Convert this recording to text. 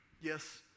Yes